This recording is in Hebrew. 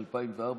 ב-2004,